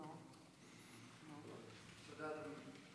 תודה, אדוני.